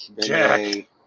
Jack